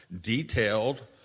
detailed